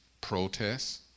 protests